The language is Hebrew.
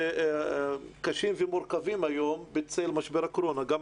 קשים ומורכבים היום בצל משבר הקורונה,